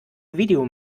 video